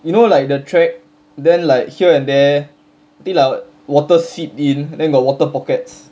you know like the track then like here and there till our water seeped in then got water pockets